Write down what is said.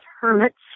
hermits